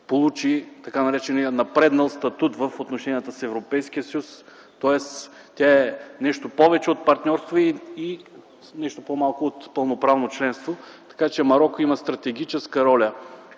получи така наречения напреднал статут в отношенията с Европейския съюз. Тоест тя е нещо повече от партньорство и нещо по-малко от пълноправно членство, така че Мароко има стратегическа роля